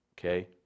Okay